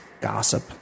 gossip